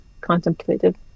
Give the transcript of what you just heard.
contemplative